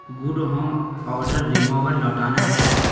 good home odour remover لوٹانا ہے